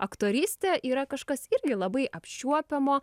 aktorystė yra kažkas irgi labai apčiuopiamo